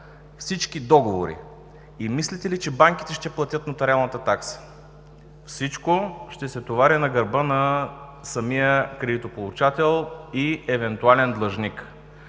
всички договори. Мислите ли, че банките ще платят нотариалната такса? Всичко ще се товари на гърба на самия кредитополучател и евентуален длъжник.